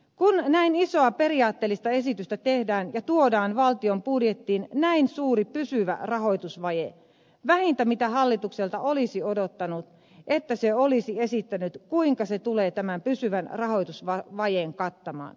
kun näin isoa periaatteellista esitystä tehdään ja tuodaan valtion budjettiin näin suuri pysyvä rahoitusvaje vähintä mitä hallitukselta olisi odottanut on että se olisi esittänyt kuinka se tulee tämän pysyvän rahoitusvajeen kattamaan